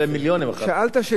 שאלת שאלה מצוינת.